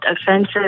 offensive